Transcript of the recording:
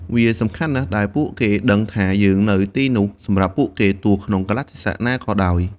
វាសំខាន់ណាស់ដែលពួកគេដឹងថាយើងនៅទីនោះសម្រាប់ពួកគេ ទោះក្នុងកាលៈទេសៈណាក៏ដោយ។